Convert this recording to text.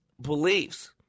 beliefs